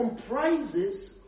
comprises